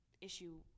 issue